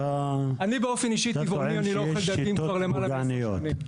אתה טוען שיש שיטות פוגעניות?